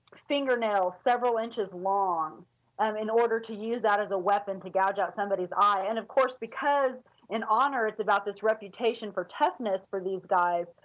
finger nails several inches long um in order to use that as a weapon to gouge out somebody's eye and, of course, because in honor it is about this reputation for toughness for these guys,